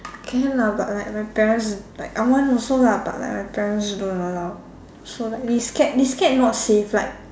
can lah but like my parents like I want also lah but like my parents don't allow so like they scared they scared not safe like